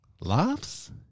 laughs